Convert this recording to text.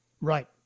Right